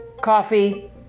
Coffee